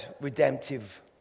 redemptive